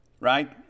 right